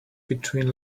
between